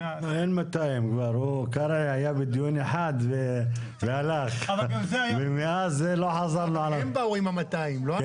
אין 200%. הם באו עם ה-200%.